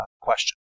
question